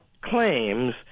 claims